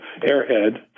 airhead